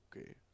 Okay